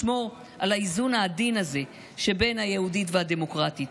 לשמור על האיזון הזה שבין היהודית לדמוקרטית.